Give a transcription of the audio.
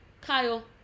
Kyle